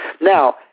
Now